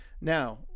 now